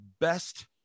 best